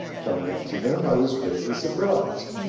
coming up to them, i was greatly surprised.